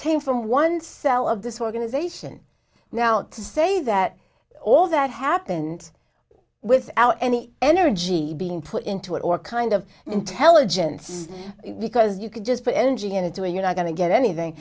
came from one cell of this organization now to say that all that happened without any energy being put into it or kind of intelligence because you could just put energy into doing you're not going to get anything